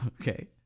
okay